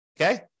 Okay